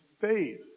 faith